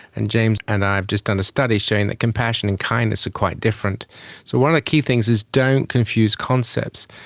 and james and i have just done a study showing that compassion and kindness are quite different. so one of the key things is don't confuse concepts.